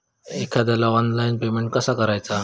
एखाद्याला online payment कसा करायचा?